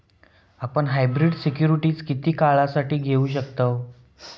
आपण hybrid securities किती काळासाठी घेऊ शकतव